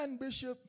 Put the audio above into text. Bishop